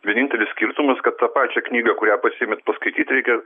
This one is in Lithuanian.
vienintelis skirtumas kad tą pačią knygą kurią pasiėmėt paskaityt reikia